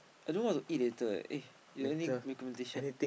I don't know what to eat later eh eh you got any recommendation